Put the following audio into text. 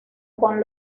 con